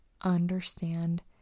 understand